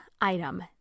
item